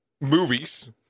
movies